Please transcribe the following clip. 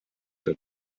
que